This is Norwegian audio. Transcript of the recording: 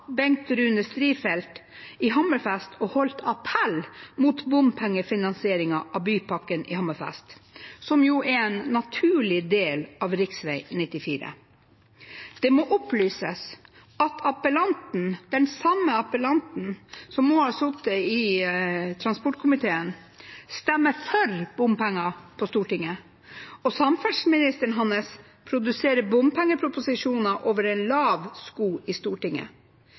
Bengt Rune Strifeldt i Hammerfest og holdt appell mot bompengefinansieringen av bypakken i Hammerfest, som jo er en naturlig del av rv. 94. Det må opplyses at den samme appellanten, som nå har sittet i transportkomiteen, stemmer for bompenger på Stortinget. Og samferdselsministeren hans produserer bompengeproposisjoner over en lav sko til Stortinget. Fremskrittspartiet fortsetter sin dobbeltkommunikasjon om bompenger, de stemmer for i Stortinget,